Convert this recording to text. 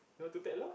you want to tag along